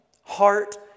heart